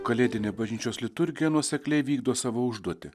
kalėdinė bažnyčios liturgija nuosekliai vykdo savo užduotį